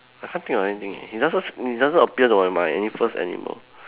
I can't think of anything leh it doesn't it doesn't appeal to my mind any first animal